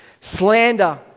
Slander